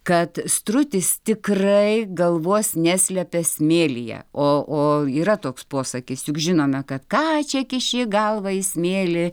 kad strutis tikrai galvos neslepia smėlyje o o yra toks posakis juk žinome kad ką čia kiši galvą į smėlį